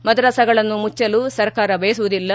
ಮದರಸಗಳನ್ನು ಮುಚ್ಚಲು ಸರ್ಕಾರ ಬಯಸುವುದಿಲ್ಲ